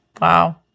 wow